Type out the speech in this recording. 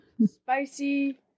Spicy